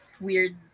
weird